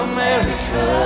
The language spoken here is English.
America